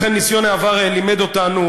ניסיון העבר לימד אותנו,